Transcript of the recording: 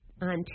On